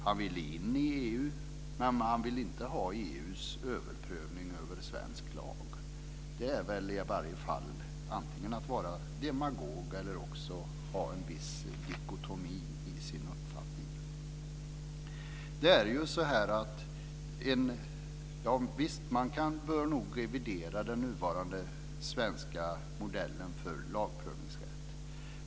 Han vill in i EU, men han vill inte ha EU:s överprövning över svensk lag. Det är väl i varje fall antingen att vara demagog eller att ha en viss dikotomi i sin uppfattning. Visst bör man revidera den nuvarande svenska modellen för lagprövningsrätt.